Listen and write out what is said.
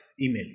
Email